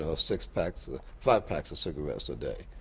ah six packs ah five packs of cigarettes a day,